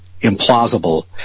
implausible